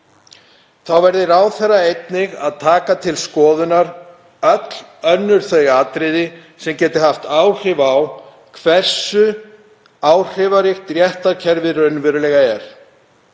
Þá verði ráðherra einnig að taka til skoðunar öll önnur þau atriði sem geta haft áhrif á hversu áhrifaríkt réttarkerfið raunverulega er.